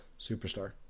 superstar